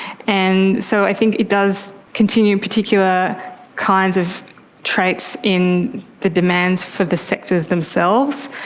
and so i think it does continue particular kinds of traits in the demands for the sectors themselves.